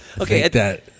Okay